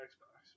Xbox